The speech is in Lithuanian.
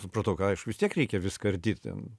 supratau ką aišku vis tiek reikia viską ardyt ten